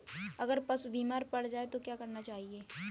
अगर पशु बीमार पड़ जाय तो क्या करना चाहिए?